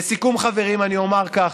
לסיכום, חברים, אני אומר כך: